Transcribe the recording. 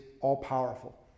all-powerful